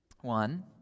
One